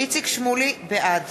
בעד